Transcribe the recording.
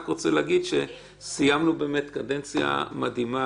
אני רק רוצה להגיד שסיימנו באמת קדנציה מדהימה,